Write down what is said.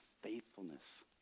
faithfulness